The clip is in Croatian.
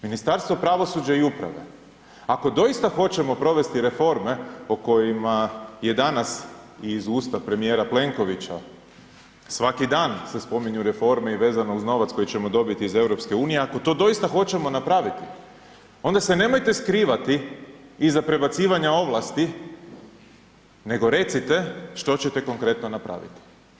Ministarstvo pravosuđa i uprave ako doista hoćemo provesti reforme o kojima je danas iz usta premijera Plenkovića, svaki dan se spominju reforme i vezano uz novac koji ćemo dobiti iz EU, ako to doista hoćemo napraviti onda se nemojte skrivati iza prebacivanja ovlasti nego recite što ćete konkretno napraviti.